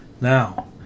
Now